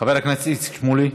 חבר הכנסת איציק שמולי,